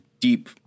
deep